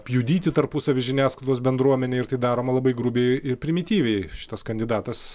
pjudyti tarpusavy žiniasklaidos bendruomenę ir tai daroma labai grubiai ir primityviai šitas kandidatas